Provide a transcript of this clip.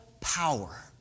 power